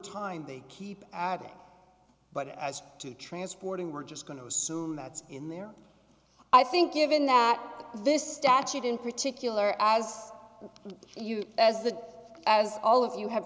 time they keep but as to transporting we're just going to assume that it's in there i think given that this statute in particular as you as the as all of you have